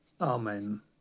Amen